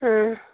ꯑꯥ